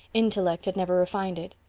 intellect had never refined it.